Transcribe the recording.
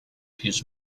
his